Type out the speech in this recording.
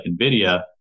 NVIDIA